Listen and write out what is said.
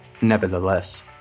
Nevertheless